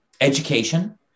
education